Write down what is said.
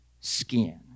skin